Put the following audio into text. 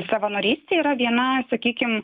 savanorystė yra viena sakykim